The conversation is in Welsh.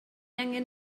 angen